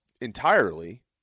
entirely